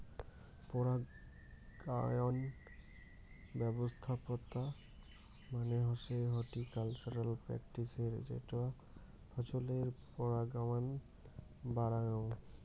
পরাগায়ন ব্যবছস্থা মানে হসে হর্টিকালচারাল প্র্যাকটিসের যেটা ফছলের পরাগায়ন বাড়াযঙ